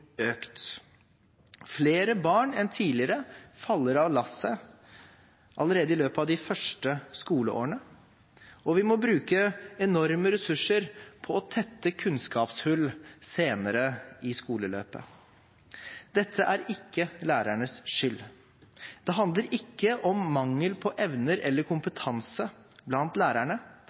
Flere barn enn tidligere faller av lasset allerede i løpet av de første skoleårene, og vi må bruke enorme ressurser på å tette kunnskapshull senere i skoleløpet. Dette er ikke lærernes skyld. Det handler ikke om mangel på evner eller kompetanse blant lærerne,